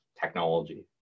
technology